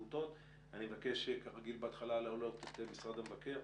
אבקש להעלות את נציג משרד המבקר,